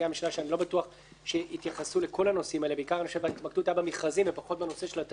שאני לא בטוח שהתייחסו לכל הנושאים האלה - לפחות בנושא התשלומים,